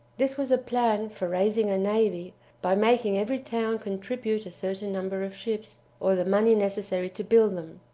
this was a plan for raising a navy by making every town contribute a certain number of ships, or the money necessary to build them.